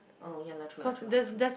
oh ya lah true lah true true true